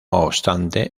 obstante